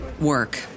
work